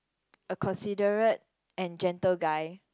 a considerate and gentle guy